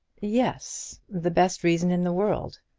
yes the best reason in the world.